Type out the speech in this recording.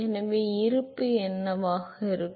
எனவே இருப்பு என்னவாக இருக்கும்